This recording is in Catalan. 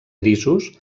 grisos